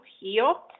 heal